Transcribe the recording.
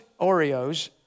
Oreos